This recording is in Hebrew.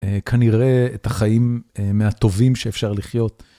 כנראה את החיים מהטובים שאפשר לחיות.